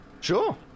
Sure